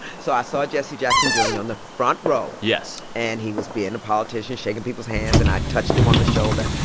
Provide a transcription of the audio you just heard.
so i saw jesse jackson jr. and on the front row yes and he was being a politician, shaking people's hands. and i touched him on the shoulder.